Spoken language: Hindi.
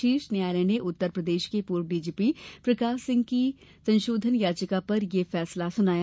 शीर्ष न्यायालय ने उत्तर प्रदेश के पूर्व डीजीपी प्रकाश सिंह की संशोधन याचिका पर यह फैसला सुनाया